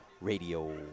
radio